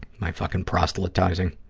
my fucking proselytizing.